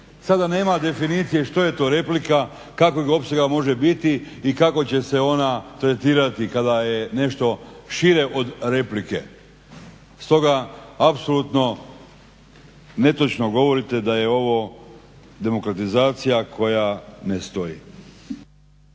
Sada nema definicije što je to replika, kakvog opsega može biti i kako će se ona tretirati kada je nešto šire od replike. Stoga apsolutno netočno govorite da je ovo demokratizacija koja ne stoji.